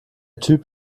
typ